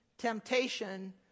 temptation